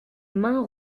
mains